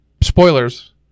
Spoilers